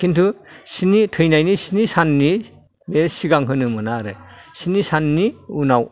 खिन्थु थैनायनि स्नि साननि बे सिगां होनो मोना आरो सिनि साननि उनाव